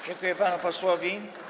Dziękuję panu posłowi.